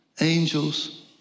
angels